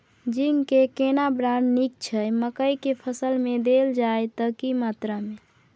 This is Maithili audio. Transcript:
जिंक के केना ब्राण्ड नीक छैय मकई के फसल में देल जाए त की मात्रा में?